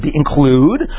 include